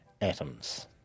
atoms